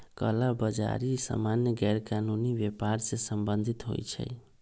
कला बजारि सामान्य गैरकानूनी व्यापर से सम्बंधित होइ छइ